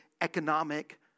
economic